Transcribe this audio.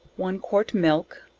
one quart milk,